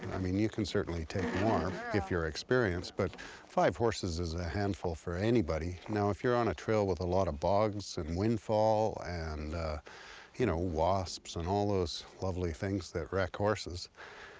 i mean you can certainly take more, if you're experienced, but five horses is a handful for anybody. now if you're on a trail with a lot of bogs and windfall and you know wasps and all those lovely things that wreck horses,